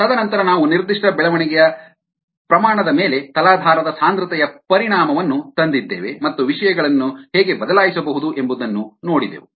ತದನಂತರ ನಾವು ನಿರ್ದಿಷ್ಟ ಬೆಳವಣಿಗೆಯ ಪ್ರಮಾಣದ ಮೇಲೆ ತಲಾಧಾರದ ಸಾಂದ್ರತೆಯ ಪರಿಣಾಮವನ್ನು ತಂದಿದ್ದೇವೆ ಮತ್ತು ವಿಷಯಗಳನ್ನು ಹೇಗೆ ಬದಲಾಯಿಸಬಹುದು ಎಂಬುದನ್ನು ನೋಡಿದೆವು